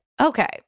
Okay